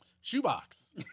Shoebox